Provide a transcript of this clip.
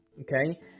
okay